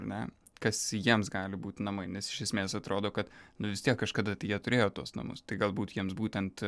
ar ne kas jiems gali būti namai nes iš esmės atrodo kad nu vis tiek kažkada tai jie turėjo tuos namus tai galbūt jiems būtent